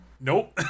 Nope